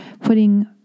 putting